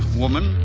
woman